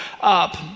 up